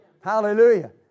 Hallelujah